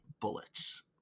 bullets